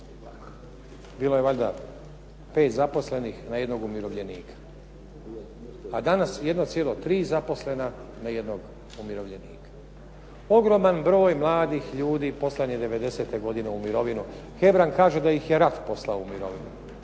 Bilo je valjda pet zaposlenih na jednog umirovljenika a danas 1,3 zaposlena na jednog umirovljenika. Ogroman broj mladih ljudi poslan je 90. godine u mirovinu. Hebrang kaže da ih je rat poslao u mirovinu.